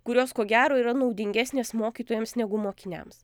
kurios ko gero yra naudingesnės mokytojams negu mokiniams